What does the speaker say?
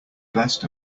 best